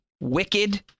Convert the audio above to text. wicked